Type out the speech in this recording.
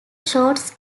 shorts